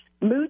mood